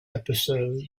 episode